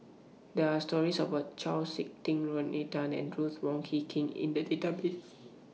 There Are stories about Chau Sik Ting Rodney Tan and Ruth Wong Hie King in The Database